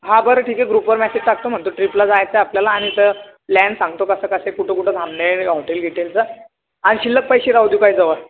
हा बरं ठीक आहे ग्रुपवर मॅसेज टाकतो म्हणतो ट्रिपला जायचंय आपल्याला आणि त प्लॅन सांगतो कसं कसं कुठं कुठं थांबनेर हॉटेल बिटेलचं आणि शिल्लक पैसे राहू दे काही जवळ